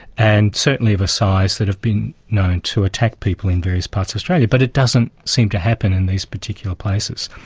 and certainly of a size that have been known to attack people in various parts of australia, but it doesn't seem to happen in these particular places.